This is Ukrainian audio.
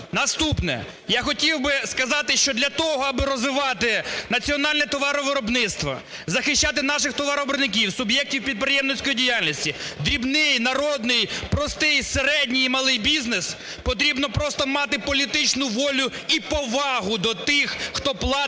Наступне. Я хотів би сказати, що для того, аби розвивати національне товаровиробництво, захищати наших товаровиробників, суб'єктів підприємницької діяльності, дрібний народний простий середній і малий бізнес, потрібно просто мати політичну волю і повагу до тих, хто платить